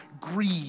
greed